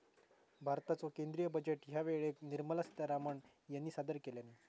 भारताचो केंद्रीय बजेट ह्या वेळेक निर्मला सीतारामण ह्यानी सादर केल्यानी